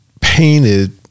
painted